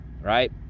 right